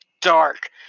dark